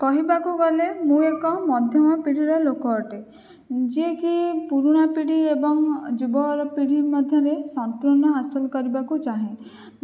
କହିବାକୁ ଗଲେ ମୁଁ ଏକ ମଧ୍ୟମପିଢ଼ିର ଲୋକ ଅଟେ ଯିଏକି ପୁରୁଣାପିଢ଼ି ଏବଂ ଯୁବପିଢ଼ି ମଧ୍ୟରେ ସନ୍ତୁଳନ ହାସଲ କରିବାକୁ ଚାହେଁ